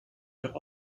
der